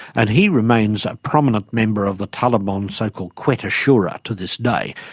and he remains a prominent member of the taliban's so-called quetta shura to this day.